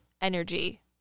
energy